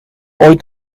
ooit